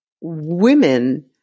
Women